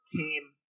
came